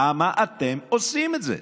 למה אתם עושים את זה?